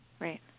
Right